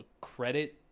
credit